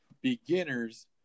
beginners